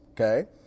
Okay